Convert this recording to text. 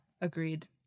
Agreed